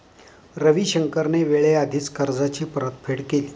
रविशंकरने वेळेआधीच कर्जाची परतफेड केली